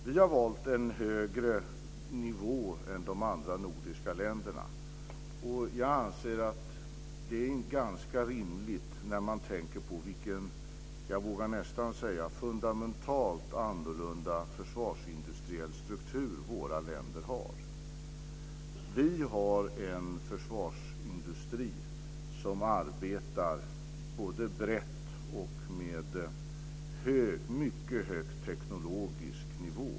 Vi har valt en högre nivå än de andra nordiska länderna, och jag anser att det är ganska rimligt när man tänker på vilka, jag vågar nästan säga, fundamentalt annorlunda försvarsindustriella strukturer våra länder har. Vi har en försvarsindustri som arbetar brett och på en mycket hög teknologisk nivå.